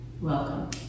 Welcome